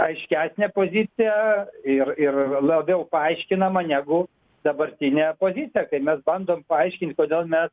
aiškesnė pozicija ir ir labiau paaiškinama negu dabartinė pozicija kai mes bandom paaiškinti kodėl mes